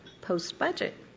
post-budget